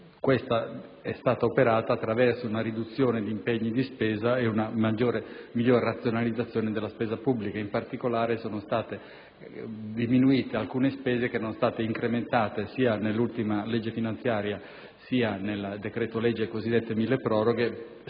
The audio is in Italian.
copertura è stata operata attraverso una riduzione di impegni di spesa e una migliore razionalizzazione della spesa pubblica. In particolare, sono state diminuite alcune spese, precedentemente incrementate nell'ultima legge finanziaria e nel decreto-legge cosiddetto milleproroghe,